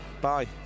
Bye